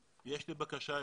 יש לי בקשה אליך.